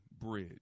bridge